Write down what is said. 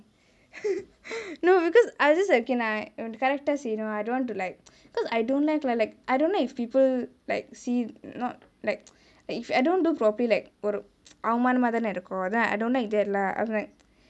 no because I was just like okay நா:naa correct டா செய்யனும்:taa seiyanum I don't want to like because I don't like lah like I don't know if people like see not like if I don't do properly like ஒரு அவமானமாதானே இருக்கோ:oru avamaanemaathaane irukko then I don't like that lah right